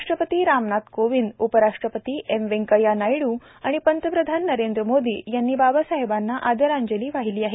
राष्ट्रपती रामनाथ कोविंद उपराष्ट्रपती एम व्यंकय्या नायडू आणि प्रधानमंत्री नरेंद्र मोदी यांनी बाबासाहेबांना आदरांजली वाहिली आहे